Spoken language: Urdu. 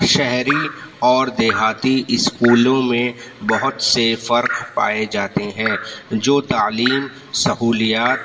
شہری اور دیہاتی اسکولوں میں بہت سے فرق پائے جاتے ہیں جو تعلیم سہولیات